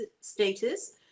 status